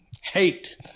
Hate